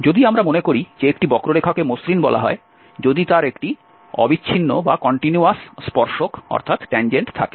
যদি আমরা মনে করি যে একটি বক্ররেখাকে মসৃণ বলা হয় যদি তার একটি অবিচ্ছিন্ন স্পর্শক থাকে